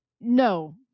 no